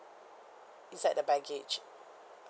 inside the baggage